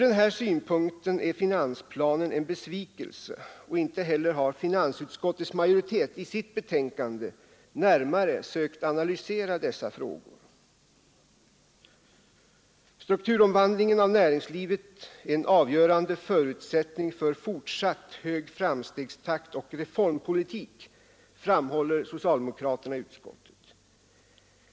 Från den synpunkten är finansplanen en besvikelse, och inte heller har finansutskottets majoritet i sitt betänkande närmare sökt analysera dessa frågor. Strukturomvandlingen av näringslivet är ”en avgörande förutsättning för en fortsatt hög framstegstakt och reformpolitik”, framhåller socialdemokraterna i utskottet.